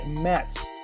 Mets